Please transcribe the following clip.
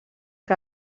que